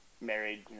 married